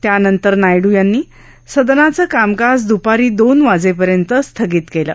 त्यानंतर नायडू यांनी सदनाचं कामकाज द्पारी दोन वाजेपर्यंत स्थगित केलं